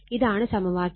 ഇതാണ് സമവാക്യം